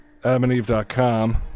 adamandeve.com